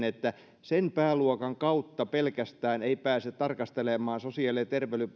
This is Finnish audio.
että pelkästään sen pääluokan kautta ei pääse tarkastelemaan sosiaali ja